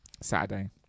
Saturday